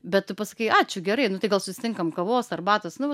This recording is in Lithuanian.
bet tu pasakei ačiū gerai nu tai gal susitinkam kavos arbatos nu va